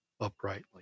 uprightly